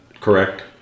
correct